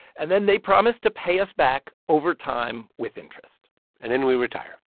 and then they promise to pay us back over time with interest and then we retire,